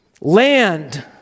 Land